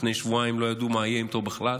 לפני שבועיים לא ידעו מה יהיה איתו בכלל.